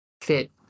fit